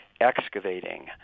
excavating